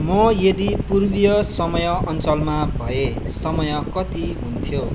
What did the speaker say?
म यदि पूर्वीय समय अञ्चलमा भए समय कति हुन्थ्यो